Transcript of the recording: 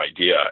idea